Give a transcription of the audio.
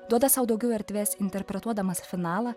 duoda sau daugiau erdvės interpretuodamas finalą